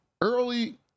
Early